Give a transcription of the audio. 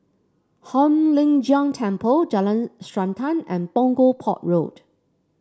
Hong Lim Jiong Temple Jalan Srantan and Punggol Port Road